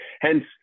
hence